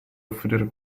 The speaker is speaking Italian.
offrire